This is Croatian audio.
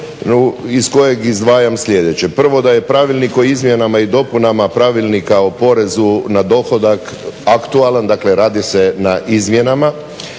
iz kojeg izdvajam sljedeće: prvo, da je Pravilnik o izmjenama i dopunama Pravilnika o porezu na dohodak aktualan, dakle radi se na izmjenama